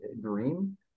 dream